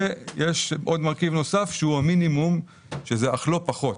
ויש עוד מרכיב נוסף שהוא המינימום שזה אך לא פחות.